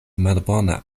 malbona